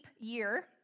year